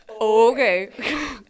Okay